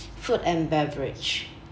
food and beverage